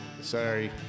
Sorry